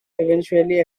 eventually